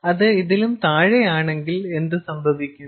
ഇനി അത് ഇതിലും താഴെയാണെങ്കിൽ എന്ത് സംഭവിക്കും